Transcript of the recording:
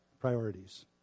priorities